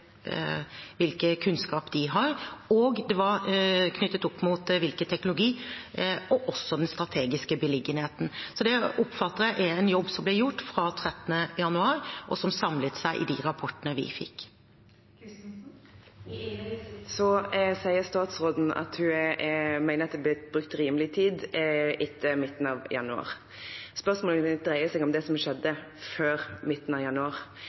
det var knyttet opp mot hvilken teknologi det var, og også den strategiske beliggenheten. Så det oppfatter jeg er en jobb som ble gjort fra 13. januar, og som ble samlet i de rapportene vi fikk. I innlegget sitt sier statsråden at hun mener det ble brukt rimelig tid etter midten av januar. Spørsmålet mitt dreier seg om det som skjedde før midten av januar.